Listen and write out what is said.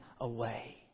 away